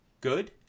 good